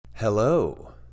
Hello